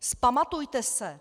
Vzpamatujte se!